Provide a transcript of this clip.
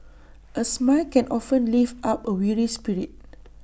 A smile can often lift up A weary spirit